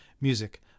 music